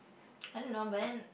I don't know but then